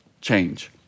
change